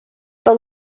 its